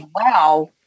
wow